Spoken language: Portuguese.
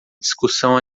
discussão